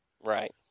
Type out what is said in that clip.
Right